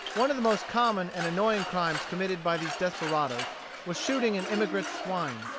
one of the most common and annoying crimes committed by these desperadoes was shooting an emigrant's swine.